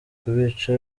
kubica